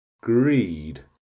Greed